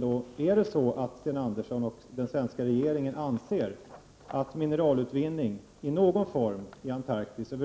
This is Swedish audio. Bedömer utrikesministern att läget för mänskliga rättigheter nu är sådant i Turkiet att politiska och fackliga flyktingar utan fara bör, om de så